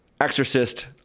Exorcist